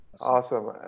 Awesome